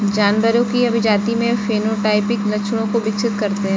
जानवरों की अभिजाती में फेनोटाइपिक लक्षणों को विकसित करते हैं